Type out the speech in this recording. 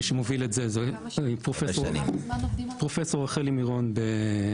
מי שמוביל את זה זאת פרופסור רחלי מירון בגרטנר,